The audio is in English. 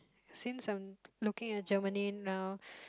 since I'm looking at Germany now